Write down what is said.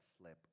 slip